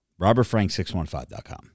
robertfrank615.com